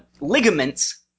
ligaments